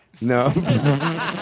No